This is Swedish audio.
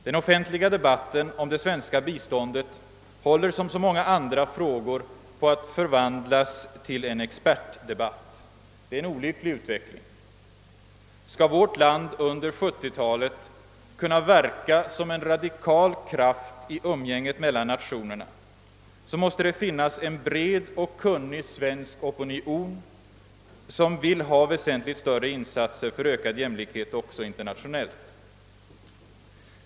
Den offentliga debatten om det svenska biståndet håller som så många andra frågor på att förvandlas till en expertdebatt. Det är en olycklig utveckling. Om vårt land under 1970-talet skall kunna verka som en radikal kraft i umgänget mellan nationerna måste det finnas en bred och kunnig svensk opinion som vill ha väsentligt större insatser för ökad jämlikhet också internationellt.